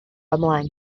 ymlaen